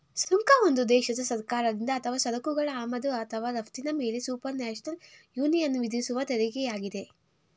ಸುಂಕ ಒಂದು ದೇಶದ ಸರ್ಕಾರದಿಂದ ಅಥವಾ ಸರಕುಗಳ ಆಮದು ಅಥವಾ ರಫ್ತಿನ ಮೇಲೆಸುಪರ್ನ್ಯಾಷನಲ್ ಯೂನಿಯನ್ವಿಧಿಸುವತೆರಿಗೆಯಾಗಿದೆ